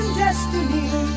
destiny